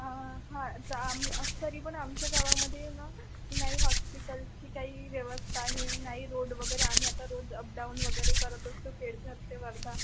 हां हां तं तरी पण आमच्या गावामध्ये ना नाही हॉस्पिटलची काही व्यवस्था आहे नाही रोड वगैरे आम्ही आता रोज अपडाऊन वगैरे करत असतो केडझर ते वर्धा